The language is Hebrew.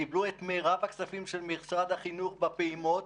קיבלו את מרב הכספים של משרד החינוך בפעימות.